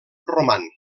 roman